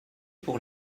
pour